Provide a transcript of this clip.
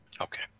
Okay